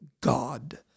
God